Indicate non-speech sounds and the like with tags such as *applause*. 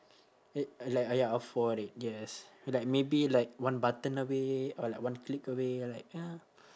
*noise* like uh like uh ya afford it yes like maybe like one button away or like one click away like ya